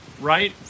right